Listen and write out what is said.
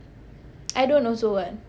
I don't also [what]